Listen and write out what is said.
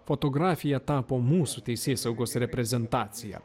fotografija tapo mūsų teisėsaugos reprezentacija